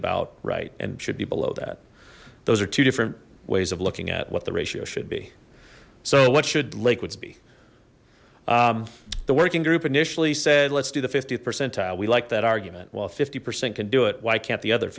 about right and should be below that those are two different ways of looking at what the ratio should be so what should liquids be the working group initially said let's do the fiftieth percentile we liked that argument well fifty percent can do it why can't the other